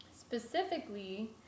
Specifically